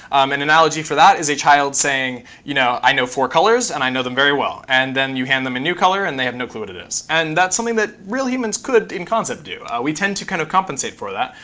an analogy for that is a child saying, you know i know four colors and i know them very well. and then you hand them a new color, and they have no clue what it is. and that's something that real humans could, in concept, do. we tend to kind of compensate for that,